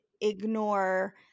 ignore